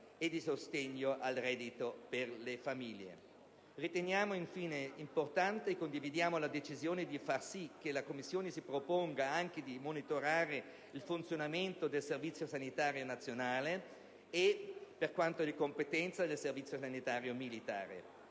e di sostegno al reddito per le famiglie. Riteniamo, infine, importante e condividiamo la decisione di far sì che la Commissione si proponga anche di monitorare il funzionamento del Servizio sanitario nazionale e, per quanto di competenza, della Sanità militare.